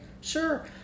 sure